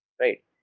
right